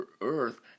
earth